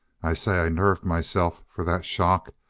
i say i nerved myself for that shock,